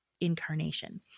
incarnation